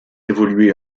évolué